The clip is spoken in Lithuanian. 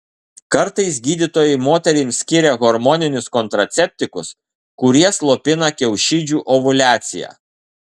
kartais gydytojai moterims skiria hormoninius kontraceptikus kurie slopina kiaušidžių ovuliaciją